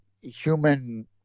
human